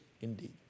indeed